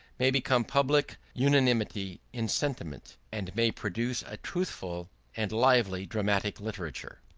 may become public unanimity in sentiment, and may produce a truthful and lively dramatic literature.